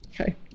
Okay